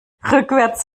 rückwärts